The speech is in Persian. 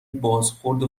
بازخورد